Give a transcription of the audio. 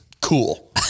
cool